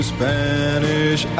Spanish